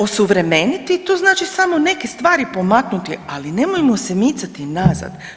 Osuvremeniti, to znači samo neke stvari pomaknuti, ali nemojmo se micati nazad.